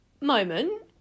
moment